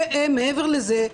ומעבר לזה,